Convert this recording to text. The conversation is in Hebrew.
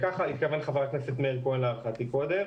להערכתי לכך התכוון חבר הכנסת מאיר כהן בדבריו קודם.